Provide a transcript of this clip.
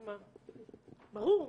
ברור.